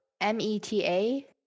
m-e-t-a